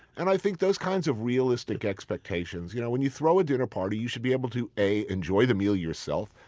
and i think those kinds of realistic expectations you know when you throw a dinner party, you should be able to a enjoy the meal yourself,